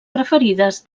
preferides